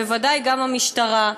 בוודאי גם המשטרה,